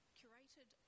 curated